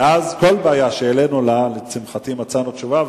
כל בעיה שהעלינו מצאנו לה תשובה,